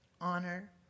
honor